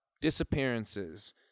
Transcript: disappearances